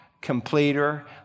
completer